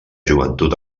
joventut